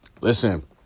Listen